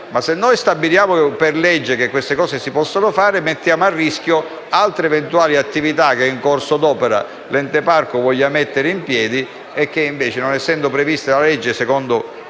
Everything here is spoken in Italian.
- se stabiliamo per legge che queste cose si possono fare, mettiamo a rischio altre eventuali attività che, in corso d'opera, l'ente parco voglia mettere in piedi, ma che, non essendo previste dalla legge secondo